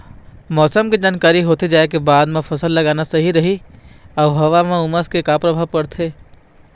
मौसम के जानकारी होथे जाए के बाद मा फसल लगाना सही रही अऊ हवा मा उमस के का परभाव पड़थे?